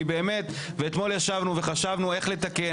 אתמול ישבנו וחשבנו איך לתקן,